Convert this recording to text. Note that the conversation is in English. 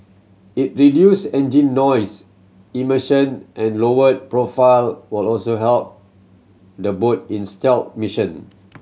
it reduced engine noise emission and lowered profile will also help the boat in stealth mission